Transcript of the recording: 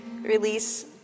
release